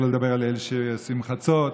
שלא נדבר על אלה שעושים "חצות".